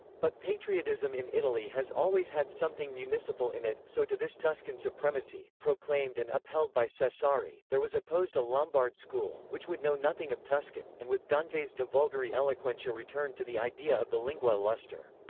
but patriotism in italy has always had something municipal in it so to this tuscan supremacy proclaimed and upheld by so cesari, there was opposed a lombard school, which would know nothing of tuscan, and with dante's de vulgari eloquentia returned to the idea of the lingua illustre.